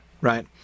right